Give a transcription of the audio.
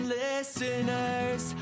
listeners